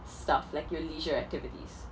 stuff like your leisure activities